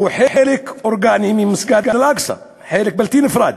הוא חלק אורגני ממסגד אל-אקצא, חלק בלתי נפרד,